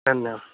धन्यवाद